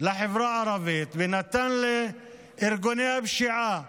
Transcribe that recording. לחברה הערבית ונתן לארגוני הפשיעה